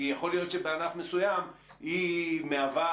כי יכול להיות שבענף מסוים היא מהווה,